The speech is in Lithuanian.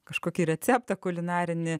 kažkokį receptą kulinarinį